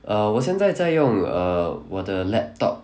err 我现在在用 err 我的 laptop